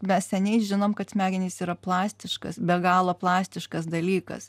mes seniai žinom kad smegenys yra plastiškas be galo plastiškas dalykas